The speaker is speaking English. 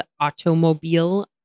automobile